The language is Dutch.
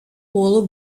polen